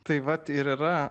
tai vat ir yra